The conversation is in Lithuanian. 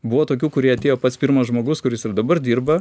buvo tokių kurie atėjo pats pirmas žmogus kuris ir dabar dirba